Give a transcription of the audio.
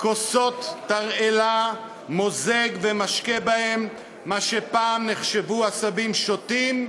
כוסות תרעלה מוזג ומשקה בהן מה שפעם נחשבו עשבים שוטים,